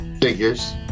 Figures